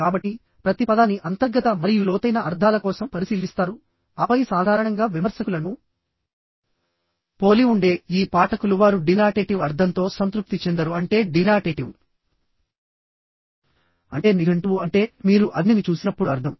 కాబట్టి ప్రతి పదాన్ని అంతర్గత మరియు లోతైన అర్థాల కోసం పరిశీలిస్తారు ఆపై సాధారణంగా విమర్శకులను పోలి ఉండే ఈ పాఠకులు వారు డినాటేటివ్ అర్థంతో సంతృప్తి చెందరు అంటే డినాటేటివ్ అంటే నిఘంటువు అంటే మీరు అగ్నిని చూసినప్పుడు అర్థం